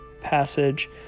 passage